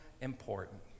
important